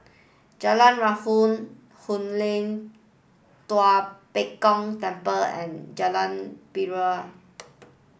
Jalan Raya Hoon Hoon Lam Tua Pek Kong Temple and Jalan Pari